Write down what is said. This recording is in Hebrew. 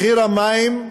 מחיר המים,